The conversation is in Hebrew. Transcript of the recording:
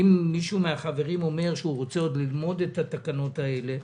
אם מישהו מהחברים אומר שהוא רוצה עוד ללמוד את התקנות האלה,